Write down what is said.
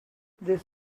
this